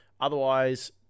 Otherwise